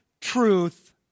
truth